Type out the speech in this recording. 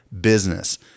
business